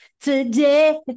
today